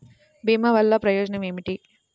భీమ వల్లన ప్రయోజనం ఏమిటి?